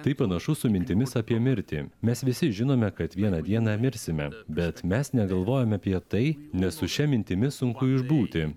tai panašu su mintimis apie mirtį mes visi žinome kad vieną dieną mirsime bet mes negalvojome apie tai nes su šia mintimi sunku išbūti